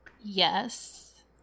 yes